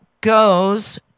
goes